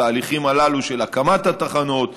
התהליכים הללו של הקמת התחנות,